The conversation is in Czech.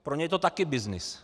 Pro ně je to taky byznys.